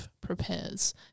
prepares